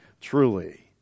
truly